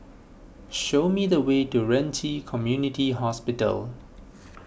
show me the way to Ren Ci Community Hospital